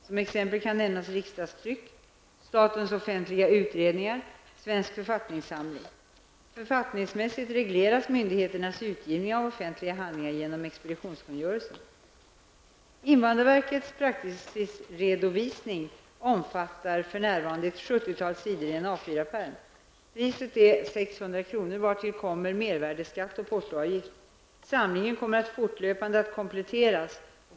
Som exempel kan nämnas riksdagstryck, statens offentliga utredningar , svensk författningssamling Invandrarverkets praxisredovisning omfattar för närvarande ett sjuttiotal sidor i en A 4-pärm. Priset är 600 kr., vartill kommer mervärdeskatt och portoavgift. Samlingen kommer fortlöpande att kompletteras.